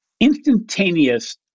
instantaneous